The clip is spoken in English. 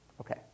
Okay